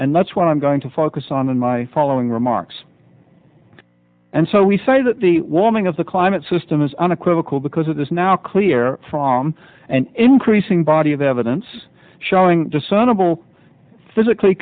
and that's what i'm going to focus on in my following remarks and so we say that the warming of the climate system is unequivocal because it is now clear from an increasing body of evidence showing discernible physically